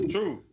True